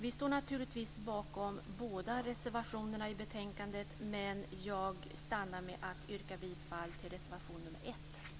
Vi står naturligtvis bakom båda reservationerna till betänkandet, men jag stannar vid att yrka bifall till reservation nr 1.